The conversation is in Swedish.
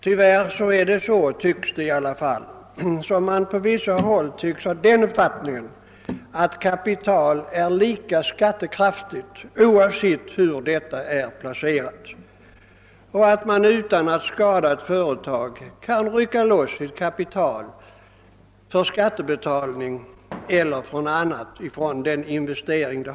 Tyvärr tycks man emellertid på vissa håll ha den uppfattningen att kapital är lika skattekraftigt oavsett var det är placerat och att man utan att skada ett företag kan rycka loss ett kapital för skattebetalning eller eljest annat ändamål än den förefintliga investeringen.